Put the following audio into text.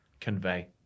convey